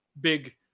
big